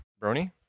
Brony